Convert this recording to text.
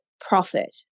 profit